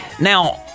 Now